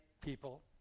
people